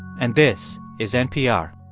and this is npr